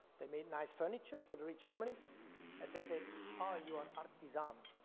they made nice furniture for the rich families and they said ah, you are artisan.